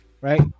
right